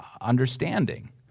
Understanding